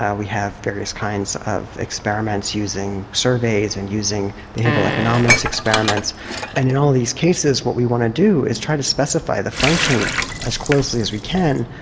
yeah we have various kinds of experiments using surveys and using behavioural economics experiments and in all these cases what we want to do is try to specify the function as closely as we can,